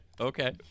okay